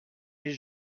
est